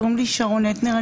קוראים לי שרון אטנר,